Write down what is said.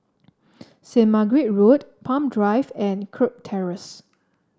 Saint Margaret Road Palm Drive and Kirk Terrace